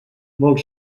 molt